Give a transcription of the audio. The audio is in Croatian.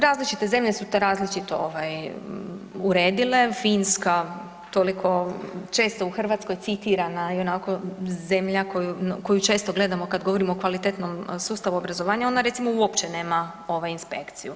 Različite zemlje su to različito ovaj uredile, Finska toliko često u Hrvatskoj citirana i onako zemlja koju često gledamo kad govorimo o kvalitetnom sustavu obrazovanja ona recimo uopće nema ovaj inspekciju.